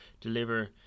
deliver